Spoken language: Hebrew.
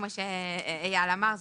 כמו שאייל אמר,